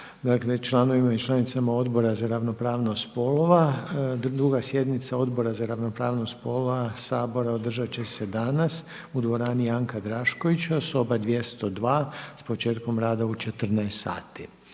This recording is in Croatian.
Dakle, članovima i članicama Odbora za ravnopravnost poslova druga sjednica Odbora za ravnopravnost spolova Sabora održat će se danas u dvorani Janka Draškovića, soba 202 s početkom rada u 14 sati.